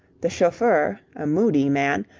the chauffeur, a moody man,